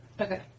Okay